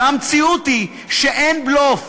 והמציאות היא שאין בלוף.